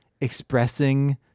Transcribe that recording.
expressing